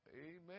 Amen